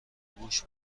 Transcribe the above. گوش